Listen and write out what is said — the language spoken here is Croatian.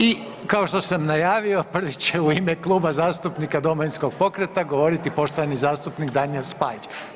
I kao što sam najavio, prvi će u ime Kluba zastupnika Domovinskog pokreta govoriti poštovani zastupnik Danijel Spajić.